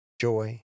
joy